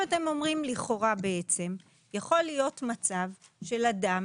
אתם אומרים: לכאורה, יכול להיות מצב של אדם